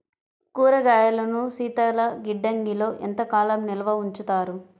కూరగాయలను శీతలగిడ్డంగిలో ఎంత కాలం నిల్వ ఉంచుతారు?